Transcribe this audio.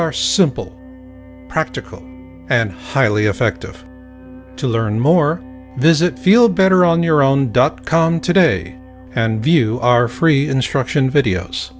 are simple practical and highly effective to learn more visit feel better on your own dot com today and view our free instruction videos